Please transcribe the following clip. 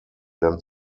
dann